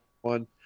one